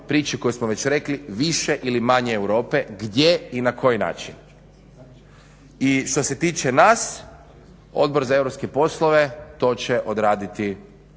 priči koju smo već rekli, više ili manje Europe gdje i na koji način. I što se tiče nas, Odbor za europske poslove to će odraditi